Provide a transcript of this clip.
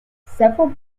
several